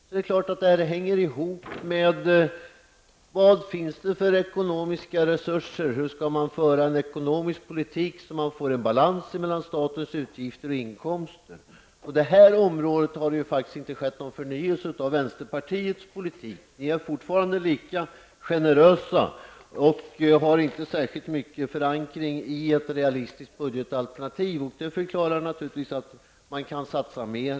Det är klart att detta hänger ihop med vilka resurser som finns och hur man skall föra en ekonomisk politik så att man får balans mellan statens utgifter och inkomster. Och på det här området har det faktiskt inte skett någon förnyelse av vänsterpartiets politik. Vänsterpartiet är fortfarande lika generöst, och förslaget har inte särskilt mycket förankring i ett realistiskt budgetalternativ. Detta är naturligtvis förklaringen till att man kan satsa mer.